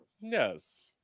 Yes